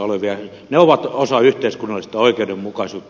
ne ovat osa yhteiskunnallista oikeudenmukaisuutta